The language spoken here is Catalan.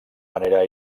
manera